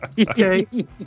Okay